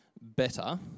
better